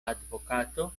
advokato